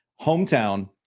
Hometown